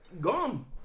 gone